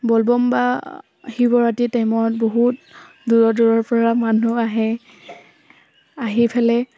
ব'লব'ম শিৱৰাত্ৰিৰ টাইমত বহুত দূৰৰ দূৰৰপৰা মানুহ আহে আহি পেলাই